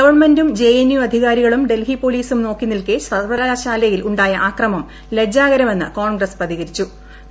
ഗവൺമെന്റും J N യുട്ട് അധികാരികളും ഡൽഹി പൊലീസും നോക്കി നില്ക്കെ സർവക്ല്യാശ്ാലയിൽ ഉണ്ടായ ആക്രമം ലജ്ജാകരമെന്ന് കോൺഗ്രസ് പ്രതികരിച്ചു്